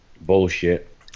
Bullshit